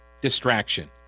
Distraction